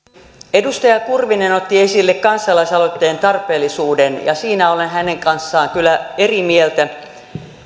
edustaja kurvinen otti esille kansalaisaloitteen tarpeellisuuden ja siinä olen hänen kanssaan kyllä eri mieltä